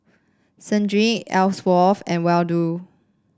Sedrick Elsworth and Waldo